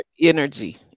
energy